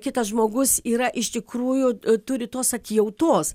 kitas žmogus yra iš tikrųjų turi tos atjautos